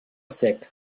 seca